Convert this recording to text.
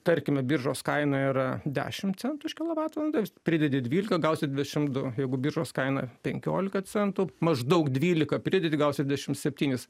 tarkime biržos kaina yra dešim centų už kilovatvalandę ir pridedi dvylika gausi dvidešim du jeigu biržos kaina penkiolika centų maždaug dvylika pridedi gausi dvidešim septynis